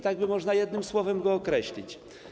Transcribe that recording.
Tak by można jednym słowem go określić.